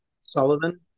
Sullivan